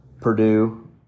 Purdue